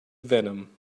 venom